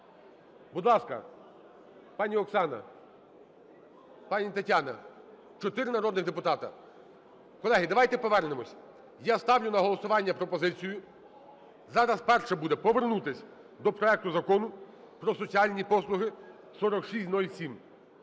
Будь ласка, пані Оксано, пані Тетяно! Чотири народних депутата. Колеги, давайте повернемося. Я ставлю на голосування пропозицію. Зараз перше буде - повернутися до проекту Закону про соціальні послуги (4607).